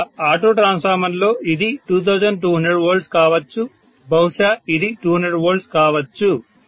ఇక్కడ ఆటో ట్రాన్స్ఫార్మర్లో ఇది 2200 V కావచ్చు బహుశా ఇది 200 V కావచ్చు